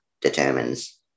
determines